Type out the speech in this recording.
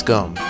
Gum